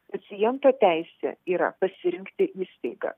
paciento teisė yra pasirinkti įstaigą